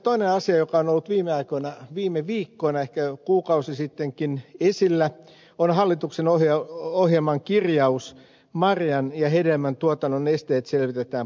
toinen asia joka on ollut viime aikoina viime viikkoina ehkä jo kuukausi sittenkin esillä on hallituksen ohjelman kirjaus marjan ja hedelmäntuotannon esteet selvitetään pohjavesialueilla